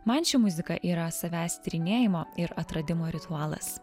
man ši muzika yra savęs tyrinėjimo ir atradimo ritualas